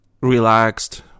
relaxed